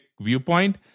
viewpoint